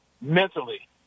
mentally